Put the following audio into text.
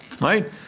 right